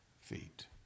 feet